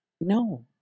No